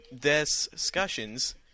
discussions